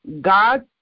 God